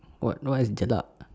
what what is jelak